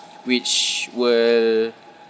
which will